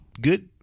good